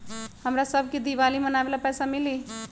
हमरा शव के दिवाली मनावेला पैसा मिली?